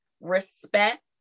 respect